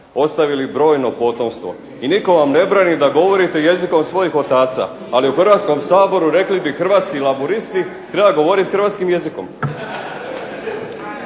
ostavili brojno potomstvo, i nitko vam ne brani da govorite jezikom svojih otaca, ali u Hrvatskom saboru rekli bi hrvatski laburisti treba govoriti hrvatskim jezikom.